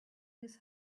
his